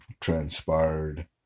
transpired